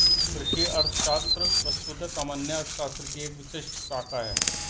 कृषि अर्थशास्त्र वस्तुतः सामान्य अर्थशास्त्र की एक विशिष्ट शाखा है